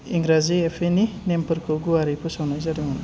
इंराजी F A नि नेमफोरखौ गुवारै फोसावनाय जादोंमोन